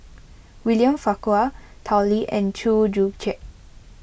William Farquhar Tao Li and Chew Joo Chiat